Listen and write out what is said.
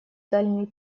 дальний